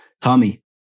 Tommy